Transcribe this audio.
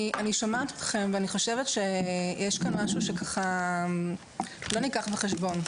אני שומעת אתכם ואני חושבת שיש כאן משהו שלא נלקח בחשבון,